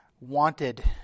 wanted